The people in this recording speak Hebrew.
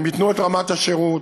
הם ייתנו את רמת השירות,